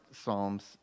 psalms